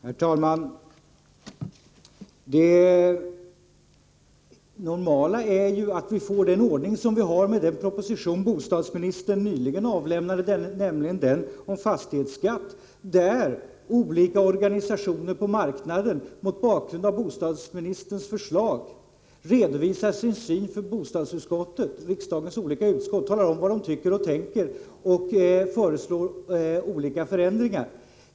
Herr talman! Det normala är ju att vi följer fastställd ordning även när det gäller den proposition bostadsministern nyligen avlämnat, nämligen den om fastighetsskatt. Det innebär att olika organisationer på marknaden mot bakgrund av bostadsministerns förslag redovisar sin syn för riksdagens utskott, i detta fall bostadsutskottet, talar om vad de tycker och tänker och föreslår olika förändringar.